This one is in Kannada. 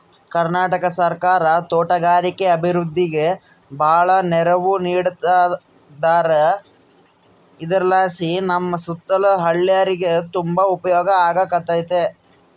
ಕರ್ನಾಟಕ ಸರ್ಕಾರ ತೋಟಗಾರಿಕೆ ಅಭಿವೃದ್ಧಿಗೆ ಬಾಳ ನೆರವು ನೀಡತದಾರ ಇದರಲಾಸಿ ನಮ್ಮ ಸುತ್ತಲ ಹಳ್ಳೇರಿಗೆ ತುಂಬಾ ಉಪಯೋಗ ಆಗಕತ್ತತೆ